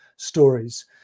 stories